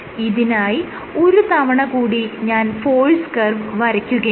ഇതിനായി ഒരു തവണ കൂടി ഞാൻ ഫോഴ്സ് കർവ് വരയ്ക്കുകയാണ്